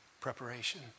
preparation